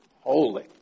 holy